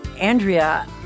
Andrea